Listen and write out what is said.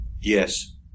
Yes